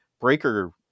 breaker